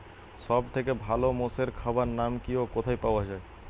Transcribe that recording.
সব থেকে ভালো মোষের খাবার নাম কি ও কোথায় পাওয়া যায়?